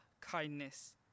kindness